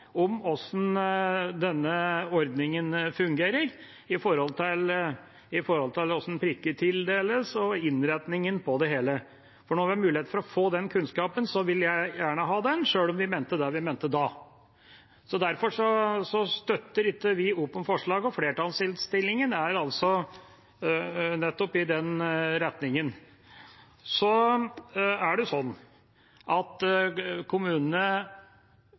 til hvordan prikker tildeles og innretningen på det hele. For når vi har mulighet til å få den kunnskapen, vil jeg gjerne ha den, sjøl om vi mente det vi mente da. Derfor støtter vi ikke opp om forslaget, og flertallsinnstillingen går i nettopp den retningen. Det var to kommuner som hadde innspill til komiteen. Det var Bergen og Trondheim. Flertallet der – for å si det sånn – mener at